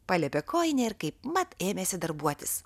paliepė kojinė ir kaipmat ėmėsi darbuotis